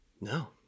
no